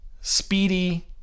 speedy